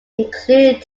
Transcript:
include